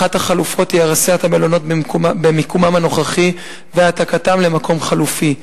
אחת החלופות היא הריסת המלונות במיקומם הנוכחי והעתקתם למקום חלופי.